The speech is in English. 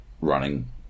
running